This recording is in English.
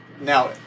Now